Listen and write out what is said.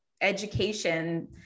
education